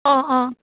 অঁ অঁ